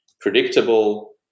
predictable